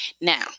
Now